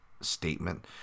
statement